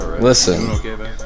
Listen